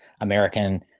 American